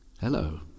Hello